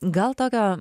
gal tokio